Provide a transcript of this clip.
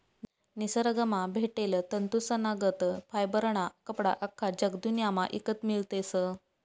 निसरगंमा भेटेल तंतूसनागत फायबरना कपडा आख्खा जगदुन्यामा ईकत मियतस